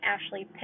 Ashley